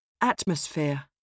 Atmosphere